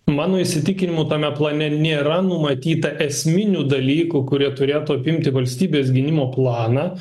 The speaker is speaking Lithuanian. mano įsitikinimu tame plane nėra numatyta esminių dalykų kurie turėtų apimti valstybės gynimo planą